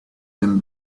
them